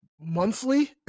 monthly